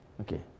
Okay